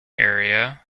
area